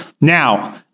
now